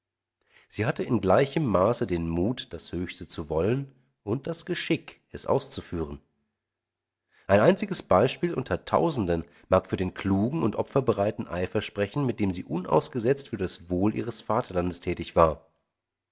sie hatte in gleichem maße den mut das höchste zu wollen und das geschick es auszuführen ein einziges beispiel unter tausenden mag für den klugen und opferbereiten eifer sprechen mit dem sie unausgesetzt für das wohl ihres vaterlandes tätig war